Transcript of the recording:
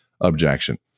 objection